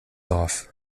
off